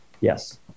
Yes